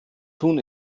tun